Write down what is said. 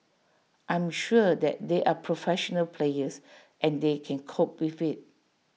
I am sure that they are professional players and they can cope with IT